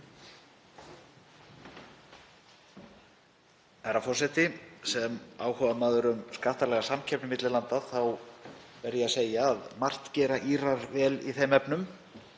Herra forseti. Sem áhugamaður um skattalega samkeppni milli landa þá verð ég að segja að margt gera Írar vel í þeim efnum.